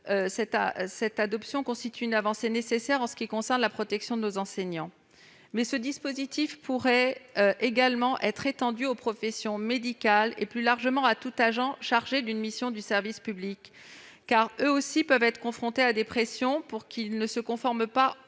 signalements, constitue une avancée nécessaire en matière de protection de nos enseignants. Ce dispositif pourrait également être étendu aux professions médicales et, plus largement, à tout agent chargé d'une mission de service public, car eux aussi peuvent être confrontés à des pressions s'ils ne se conforment pas aux